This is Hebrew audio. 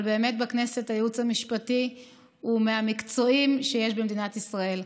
אבל באמת בכנסת הייעוץ המשפטי הוא מהמקצועיים שיש במדינת ישראל.